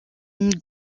une